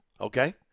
Okay